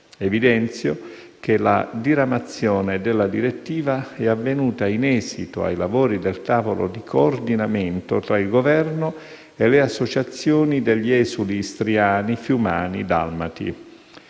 Evidenzio che la diramazione della direttiva è avvenuta in esito ai lavori del tavolo di coordinamento tra il Governo e le associazioni degli esuli istriani, fiumani e dalmati.